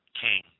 king